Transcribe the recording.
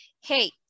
Hey